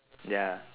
ya